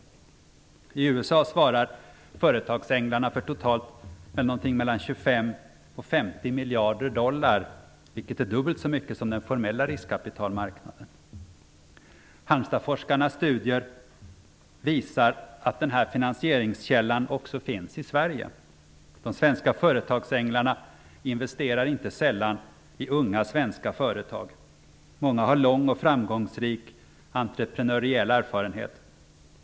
I USA svarar företagsänglarna för totalt 25--50 miljarder US-dollar, vilket är dubbelt så mycket som det belopp som gäller för den formella riskkapitalmarknaden. Halmstadsforskarnas studier visar att den här finansieringskällan också finns i Sverige. De svenska företagsänglarna investerar inte sällan i unga svenska företag. Många har lång och framgångsrik ''entreprenöriell'' erfarenhet.